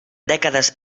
dècades